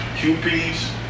QPs